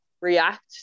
react